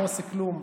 לא עשה כלום.